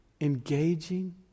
engaging